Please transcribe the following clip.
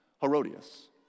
Herodias